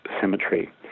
Cemetery